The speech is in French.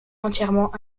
entièrement